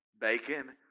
bacon